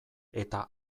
eta